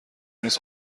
نیست